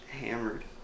hammered